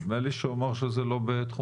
נדמה לי שהוא אמר שזה לא בתחום